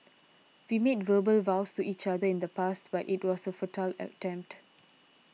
we made verbal vows to each other in the past but it was a futile attempt